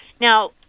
Now